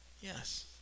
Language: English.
Yes